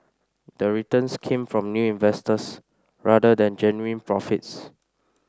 the returns came from new investors rather than genuine profits